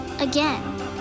again